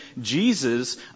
Jesus